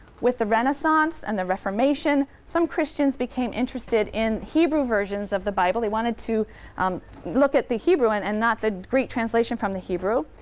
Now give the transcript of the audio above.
with the renaissance and the reformation, some christians became interested in hebrew versions of the bible. they wanted to um look at the hebrew and and not the greek translation from the hebrew.